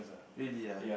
really ah